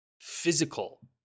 physical